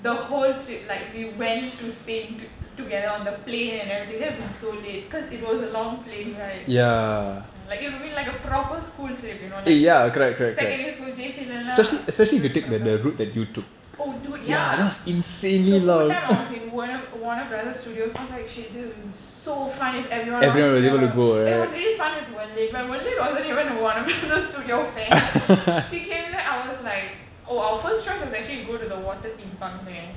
the whole trip like we went to spain to~ together on the plane and everything that would have been so lit because it was a long plane ride like it would've been like a proper school trip you know what I mean secondary school J_C lah எல்லாம்:ellam oh dude ya the whole time I was in warner warner brothers studios I was like shit this is so fun if everyone else here it was really fun with wen lin but wen lin wasn't even a warner brothers studio fan she came there I was like oh our first choice was actually to go to the water theme park there